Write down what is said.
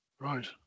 Right